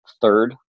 third